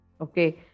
Okay